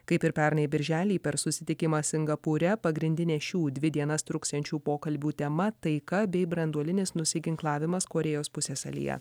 kaip ir pernai birželį per susitikimą singapūre pagrindinę šių dvi dienas truksiančių pokalbių tema taika bei branduolinis nusiginklavimas korėjos pusiasalyje